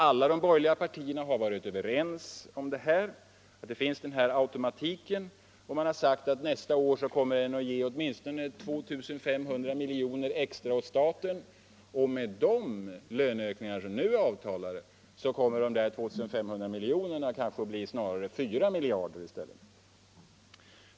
Alla borgerliga partier har varit överens om att vi har denna automatik, och man har sagt att den nästa år kommer att ge åtminstone 2 500 miljoner extra åt staten. Med de löneökningar som nu är avtalade kommer dessa 2 500 miljoner snarare att bli 4 miljarder.